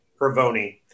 Pravoni